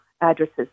addresses